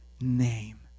name